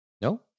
No